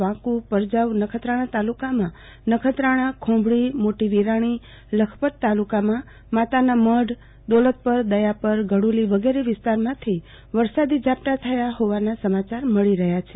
વાકું પરજાઉ નખત્રાણા તાલુકામાંનખત્રાણાખોભડીમોટી વિરાણી લખપત તાલુકામાં માતાના મઢ દોલતપરદયાપરઘડ઼લી વગેરે વિસ્તારોમાંમાંથી વરસાદી ઝાપટા થયાના સમાયારો મળી રહ્યા છે